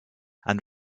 and